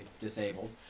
disabled